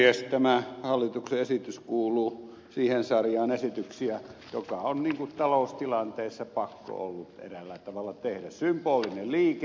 tämä hallituksen esitys kuuluu siihen sarjaan esityksiä joka on taloustilanteessa pakko ollut eräällä tavalla tehdä symbolinen liike